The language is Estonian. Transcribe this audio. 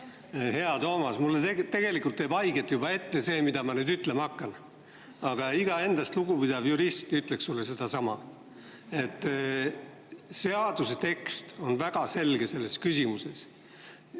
Hea Toomas! Mulle teeb juba ette haiget see, mida ma nüüd ütlema hakkan, aga iga endast lugupidav jurist ütleks sulle sedasama. Seaduse tekst on selles küsimuses